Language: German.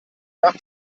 nach